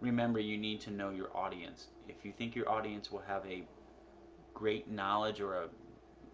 remember you need to know your audience. if you think your audience will have a great knowledge or a